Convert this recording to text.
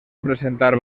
presentar